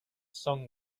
song